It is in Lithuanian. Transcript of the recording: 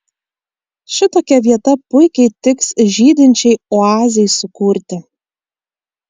šitokia vieta puikiai tiks žydinčiai oazei sukurti